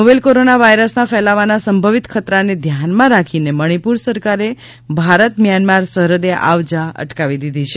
novel corona વાયરસના ફેલાવાના સંભવિત ખતરાને ધ્યાનમાં રાખીને મણીપુર સરકારે ભારત મ્યાંન્માર સરહદે આવ જા અટકાવી દીધી છે